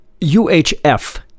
UHF